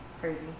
Crazy